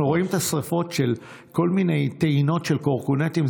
אנחנו רואים את השרפות בכל מיני טעינות של קורקינטים.